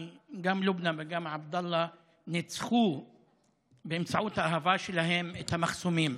כי גם לובנא וגם עבדאללה ניצחו באמצעות האהבה שלהם את המחסומים.